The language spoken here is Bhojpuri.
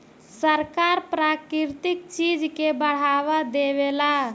सरकार प्राकृतिक चीज के बढ़ावा देवेला